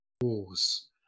Wars